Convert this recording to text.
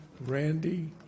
Randy